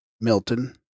Milton